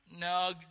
no